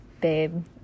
babe